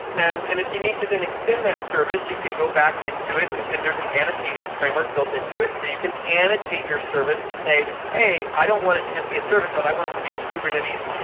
and and if you need to then extend that service, you can go back into it and and there's an annotation framework built into it, so you can annotate your service to say, hey, i don't want it to just be a service. i want it to be a kubernetes,